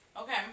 Okay